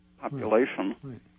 population